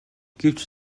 гэвч